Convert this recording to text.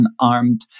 unarmed